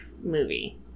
movie